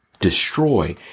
destroy